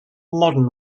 modern